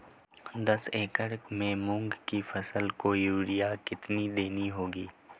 दस एकड़ में मूंग की फसल को यूरिया कितनी देनी होगी?